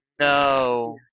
No